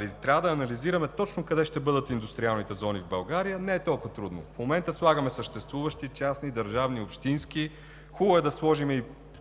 че трябва да анализираме точно къде ще бъдат индустриалните зони в България, не е толкова трудно. В момента слагаме съществуващи – частни, държавни, общински, хубаво е да сложим